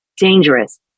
dangerous